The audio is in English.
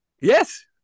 Yes